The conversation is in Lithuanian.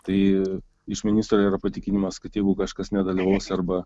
tai iš ministro yra patikinimas kad jeigu kažkas nedalyvaus arba